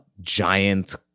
giant